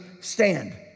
stand